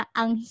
ang